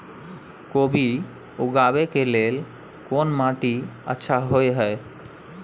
कोबी उगाबै के लेल कोन माटी अच्छा होय है?